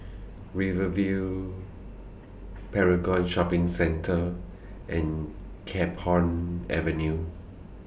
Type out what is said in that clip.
Rivervale Paragon Shopping Centre and Camphor Avenue